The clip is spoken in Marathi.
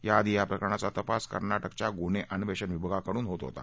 या आधी या प्रकरणाचा तपास कर्नाटकच्या गुन्हे अन्वेषण विभागाकडून होत होता